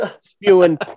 spewing